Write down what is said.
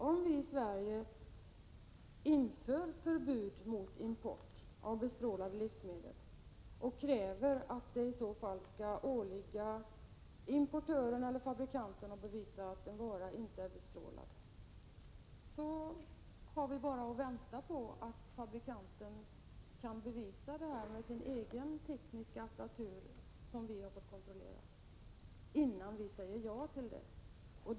Om vi i Sverige inför förbud mot import av bestrålade livsmedel och kräver att det skall åligga importören eller fabrikanten att bevisa att en vara inte är bestrålad, har vi bara att vänta på fabrikantens bevisföring innan vi säger ja till att en vara får införas till Sverige.